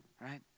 right